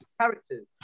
characters